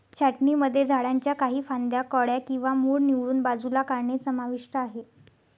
छाटणीमध्ये झाडांच्या काही फांद्या, कळ्या किंवा मूळ निवडून बाजूला काढणे समाविष्ट आहे